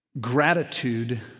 Gratitude